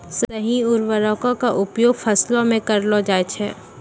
सही उर्वरको क उपयोग फसलो म करलो जाय छै